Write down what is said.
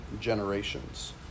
generations